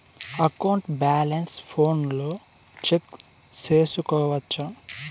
account balance ఫోనులో check సేసుకోవచ్చా